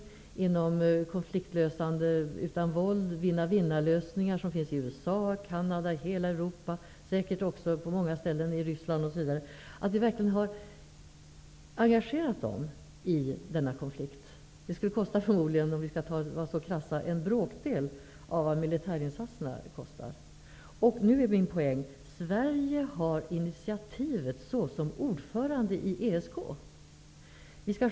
Det gäller konfliktlösande utan våld, ''vinna vinna''- lösningar som finns i USA, i Canada, i hela Europa och säkert på många ställen i Ryssland osv. Jag tvivlar alltså på att vi verkligen har engagerat alla dessa i den här konflikten. Förmodligen skulle det kosta, krasst uttryckt, en bråkdel av vad militärinsatserna kostar. Poängen här är att det är Sverige i egenskap av ordförandeland i ESK som har initiativet.